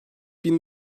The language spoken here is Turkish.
bin